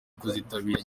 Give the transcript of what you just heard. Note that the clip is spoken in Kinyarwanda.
kuzitabira